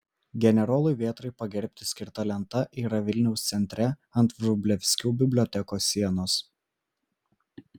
generolui vėtrai pagerbti skirta lenta yra vilniaus centre ant vrublevskių bibliotekos sienos